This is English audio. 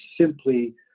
simply